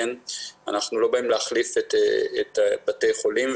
אנחנו לא באים להחליף את בתי החולים,